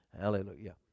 Hallelujah